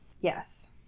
Yes